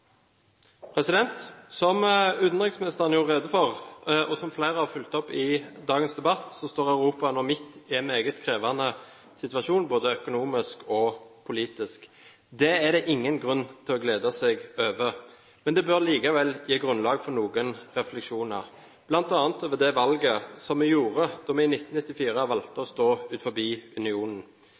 Som utenriksministeren gjorde rede for, og som flere har fulgt opp i dagens debatt, står Europa nå midt i en meget krevende situasjon både økonomisk og politisk. Det er det ingen grunn til å glede seg over. Men det bør gi grunnlag for noen refleksjoner, bl.a. over det valget vi gjorde da vi i 1994 valgte å stå utenfor unionen.